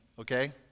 okay